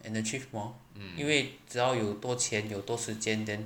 and achieve more 因为只要有多钱有多时间 then